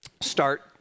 start